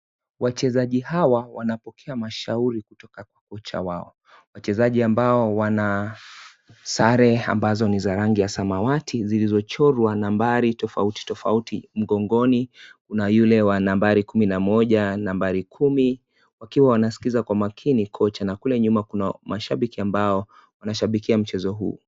Wachezaji hawa wana pokea mashauri kutoka kwa kocha wao. Wachezaji ambao wana sare ambazo ni za rangi ya samawati zilizochorwa nambari tofauti tofauti mgongoni. Kuna yule wa nambari kumi na moja, nambari kumi. Wakiwa wanasikiza kwa umakini kocha na kule nyuma kuna mashabiki ambao wanashabikia mchezo huu.